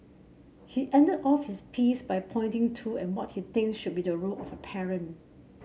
he ended off his piece by pointing to what he thinks should be the role of a parent